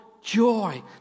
joy